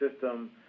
system